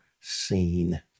seen